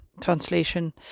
translation